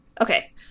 okay